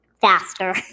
faster